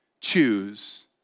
choose